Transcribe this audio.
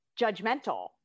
judgmental